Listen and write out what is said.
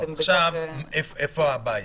איפה הבעיה?